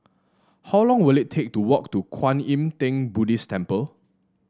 how long will it take to walk to Kwan Yam Theng Buddhist Temple